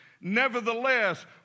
Nevertheless